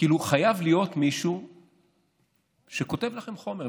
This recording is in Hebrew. כאילו, חייב להיות מישהו שכותב לכם חומר.